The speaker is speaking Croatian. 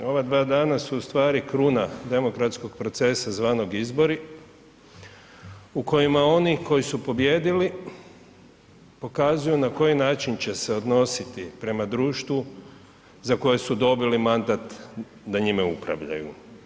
Ova dva dana su ustvari kruna demokratskog procesa zvanog izbori u kojima oni koji su pobijedili, pokazuju na koji način će se odnositi prema društvu za koje su dobili mandat da njime upravljaju.